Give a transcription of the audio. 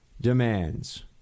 demands